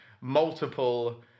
multiple